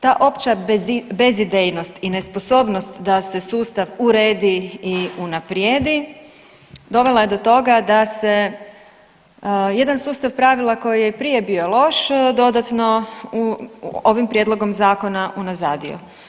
Ta opća bezidejnost i nesposobnost da se sustav uredi i unaprijedi dovela je do toga da se jedan sustav pravila koji je prije bio loš dodatno u ovim prijedlogom zakona unazadio.